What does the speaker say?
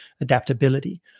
adaptability